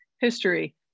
history